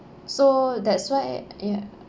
so that's why ya